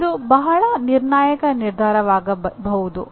ಇದು ಬಹಳ ನಿರ್ಣಾಯಕ ನಿರ್ಧಾರವಾಗಬಹುದು